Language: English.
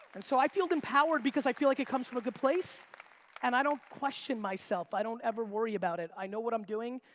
and so i feel empowered because i feel like it comes from a good place and i don't question myself. i don't ever worry about it, i know what i'm doing,